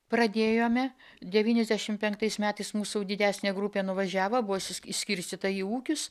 pradėjome devyniasdešim penktais metais mūsų didesnė grupė nuvažiavo buvo išskirstyta į ūkius